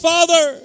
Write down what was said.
Father